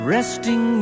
Resting